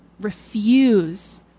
refuse